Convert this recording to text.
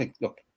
Look